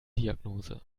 diagnose